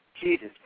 Jesus